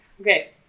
Okay